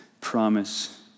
promise